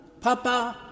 Papa